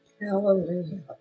Hallelujah